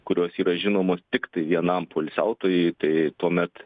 kurios yra žinomos tiktai vienam poilsiautojui tai tuomet